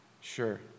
sure